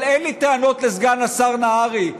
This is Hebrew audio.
אבל אין לי טענות לסגן השר נהרי,